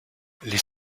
les